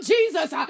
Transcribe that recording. Jesus